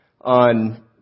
on